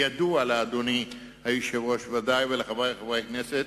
ידוע לאדוני היושב-ראש בוודאי, ולחברי חברי הכנסת,